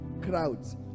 crowds